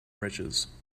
riches